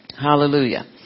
Hallelujah